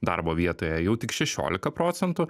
darbo vietoje jau tik šešiolika procentų